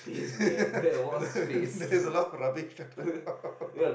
there's a lot of rubbish around